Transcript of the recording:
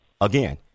Again